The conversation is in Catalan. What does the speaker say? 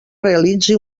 realitzi